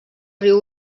riu